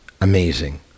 amazing